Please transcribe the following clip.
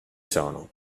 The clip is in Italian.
sono